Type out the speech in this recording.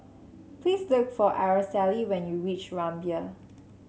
please look for Araceli when you reach Rumbia